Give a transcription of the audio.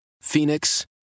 phoenix